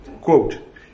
quote